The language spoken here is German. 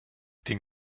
den